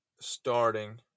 starting